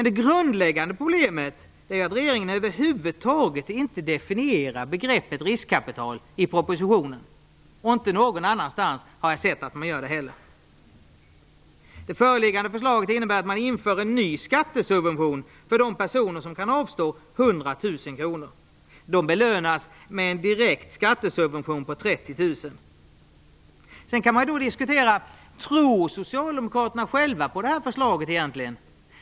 Det grundläggande problemet är att regeringen över huvud taget inte definierar begreppet riskkapital i propositionen. Jag har inte heller sett att man gör det någon annanstans. Det föreliggande förslaget innebär att man inför en ny skattesubvention för de personer som kan avstå 100 000 kr. De belönas med en direkt skattesubvention på 30 000 kr. Man kan diskutera om Socialdemokraterna själva egentligen tror på det här förslaget.